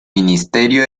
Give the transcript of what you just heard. ministerio